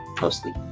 mostly